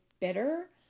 bitter